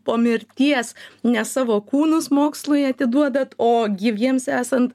po mirties ne savo kūnus mokslui atiduodate o gyviems esant